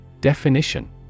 Definition